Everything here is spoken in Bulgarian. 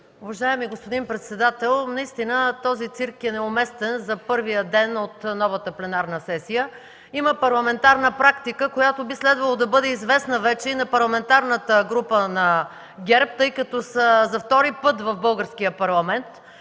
Уважаеми господин председател, наистина този цирк е неуместен за първия ден от новата пленарна сесия. Има парламентарна практика, която би следвало да бъде известна вече и на Парламентарната група на ГЕРБ, тъй като са втори път в Българския парламент.